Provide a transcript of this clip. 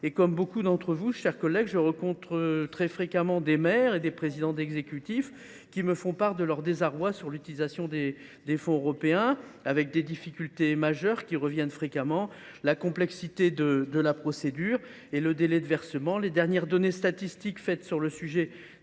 Comme nombre d’entre vous, mes chers collègues, je rencontre très fréquemment des maires ou des présidents d’exécutifs qui me font part de leur désarroi quant à l’utilisation des fonds européens. Deux difficultés majeures sont fréquemment déplorées : la complexité de la procédure et le délai du versement. Les dernières données statistiques portant sur le sujet